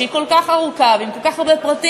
שהיא כל כך ארוכה ועם כל כך הרבה פרטים,